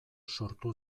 sortu